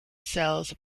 sells